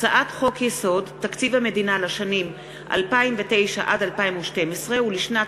הצעת חוק-יסוד: תקציב המדינה לשנים 2009 עד 2012 ולשנת